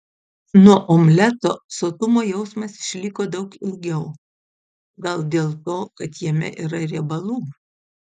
nuo omleto sotumo jausmas išliko daug ilgiau gal dėl to kad jame yra riebalų